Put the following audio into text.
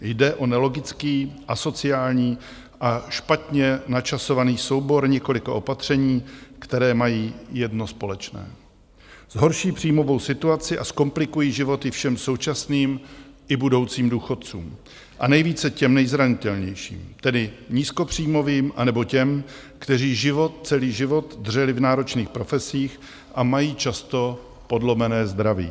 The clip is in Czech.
Jde o nelogický, asociální a špatně načasovaný soubor několika opatření, které mají jedno společné: zhorší příjmovou situaci a zkomplikují životy všem současným i budoucím důchodcům a nejvíce těm nejzranitelnějším, tedy nízkopříjmovým, anebo těm, kteří život celý život dřeli v náročných profesích a mají často podlomené zdraví.